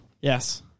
Yes